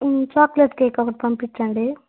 chocolate cake ఒకటి పంపించండి